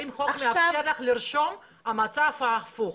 האם החוק מאפשר לך לרשום את המצב ההפוך?